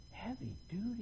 heavy-duty